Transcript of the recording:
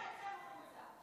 יחי הדמוקרטיה,